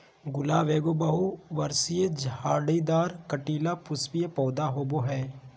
गुलाब एगो बहुवर्षीय, झाड़ीदार, कंटीला, पुष्पीय पौधा होबा हइ